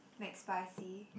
McSpicy